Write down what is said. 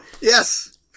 yes